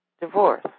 divorce